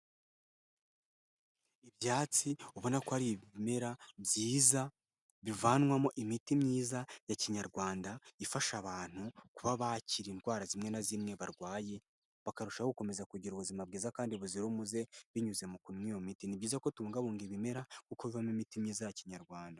Ibyatsi ubona ko ari ibimera byiza, bivanwamo imiti myiza ya kinyarwanda, ifasha abantu kuba bakira indwara zimwe na zimwe barwaye, bakarushaho gukomeza kugira ubuzima bwiza kandi buzira umuze, binyuze mu kunywa iyo imiti. Ni byiza ko tubungabunga ibimera kuko bivamo imiti myiza ya kinyarwanda.